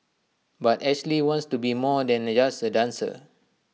but Ashley wants to be more than just A dancer